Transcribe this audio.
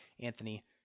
Anthony